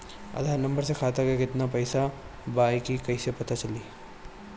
आधार number से खाता में केतना पईसा बा ई क्ईसे पता चलि?